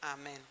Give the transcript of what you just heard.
Amen